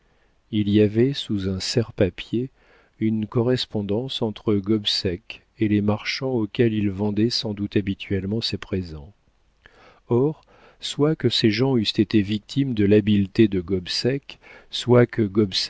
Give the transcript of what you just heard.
il y avait sous un serre papiers une correspondance entre gobseck et les marchands auxquels il vendait sans doute habituellement ses présents or soit que ces gens eussent été victimes de l'habileté de gobseck soit que